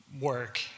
work